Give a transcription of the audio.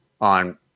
on